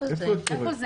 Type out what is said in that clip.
איפה זה?